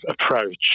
approach